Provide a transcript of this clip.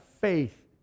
faith